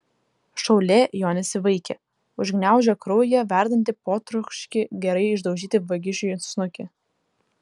šaulė jo nesivaikė užgniaužė kraujyje verdantį potroškį gerai išdaužyti vagišiui snukį